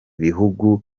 bihugu